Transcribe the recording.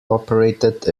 operated